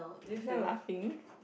is not laughing